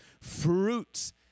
fruits